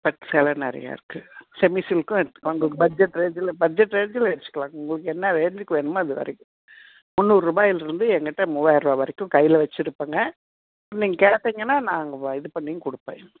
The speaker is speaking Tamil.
பட்டு சில நிறைய இருக்கு செமி சில்க்கும் எடுத்துக்கோங்க பட்ஜெட் ரேஞ்சு பட்ஜெட் ரேஞ்சில வச்சிக்கலாம் உங்களுக்கு என்ன ரேஞ்சிக்கு வேணுமோ அது வரைக்கும் முந்நூறு ரூபாயில் இருந்து என் கிட்ட முவாயரூவா வரைக்கும் கையில் வச்சு இருப்பங்க நீங்கள் கேட்டாங்கன்னா நாங்கள் இது பண்ணியும் கொடுப்போம்